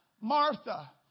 Martha